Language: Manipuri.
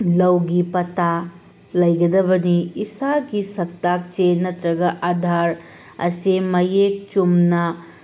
ꯂꯧꯒꯤ ꯄꯇꯥ ꯂꯩꯒꯗꯕꯅꯤ ꯏꯁꯥꯒꯤ ꯁꯛꯇꯥꯛ ꯆꯦ ꯅꯠꯇ꯭ꯔꯒ ꯑꯥꯗꯥꯔ ꯑꯁꯤ ꯃꯌꯦꯛ ꯆꯨꯝꯅ